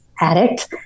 addict